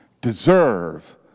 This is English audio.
deserve